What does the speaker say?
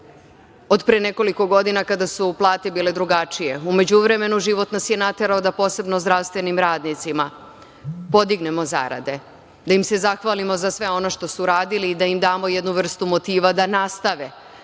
od pre nekoliko godina, kada su plate bile drugačije. U međuvremenu, život nas je naterao da posebno zdravstvenim radnicima podignemo zarade, da im se zahvalimo za sve ono što su radili i da im damo jednu vrstu motiva da nastave